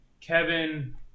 Kevin